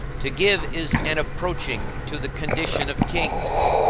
to give is an approaching to the condition of kings,